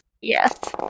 Yes